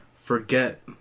forget